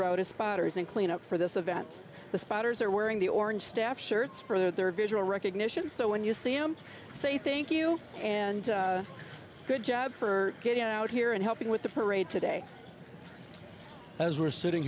route as spotters and clean up for this event the spotters are wearing the orange staff shirts for their visual recognition so when you see them say thank you and good job for getting out here and helping with the parade today as we're sitting